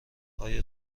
آیا